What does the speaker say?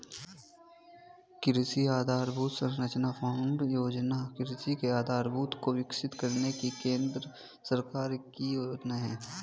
कृषि आधरभूत संरचना फण्ड योजना कृषि के आधारभूत को विकसित करने की केंद्र सरकार की योजना है